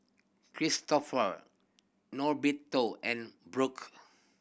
Cristofer Norberto and